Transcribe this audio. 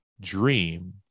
dream